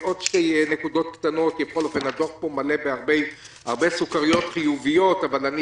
עוד שתי נקודות קטנות: הדוח מלא בהרבה סוכריות חיוביות אבל אני